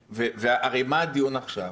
הרי על מה הדיון עכשיו?